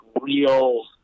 real